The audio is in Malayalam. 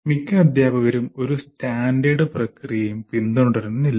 മിക്ക അധ്യാപകരും ഒരു സ്റ്റാൻഡേർഡ് പ്രക്രിയയും പിന്തുടരുന്നില്ല